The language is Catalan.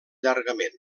llargament